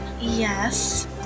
Yes